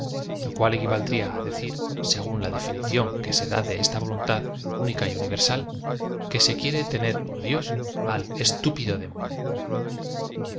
lo cual equivaldría á decir s gún ia definición que se da de esta voluntad única y universal que se quiere tener por dios al estúpido de